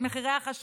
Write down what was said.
את מחירי החשמל,